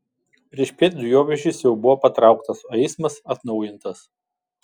priešpiet dujovežis jau buvo patrauktas o eismas atnaujintas